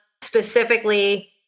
specifically